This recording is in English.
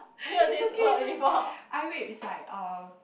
it's okay it's okay eye rape is like uh